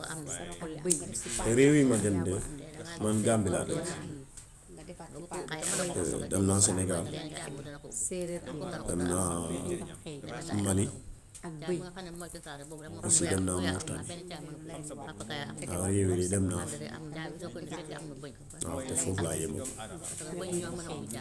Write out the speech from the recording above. Réew yi ma dem de, man gàmbi laa dëkk. Dem naa senegaal, dem naa mali. Aussi dem naa murtani. Waaw réew yooyu dem naa fa. Waaw te foofu laa yemagum.